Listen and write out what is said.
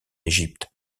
égypte